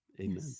Amen